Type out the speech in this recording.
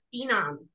phenom